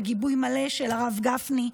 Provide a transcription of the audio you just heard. בגיבוי מלא של הרב גפני,